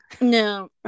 No